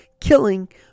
killing